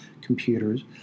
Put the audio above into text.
computers